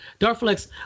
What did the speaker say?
Darflex